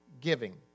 giving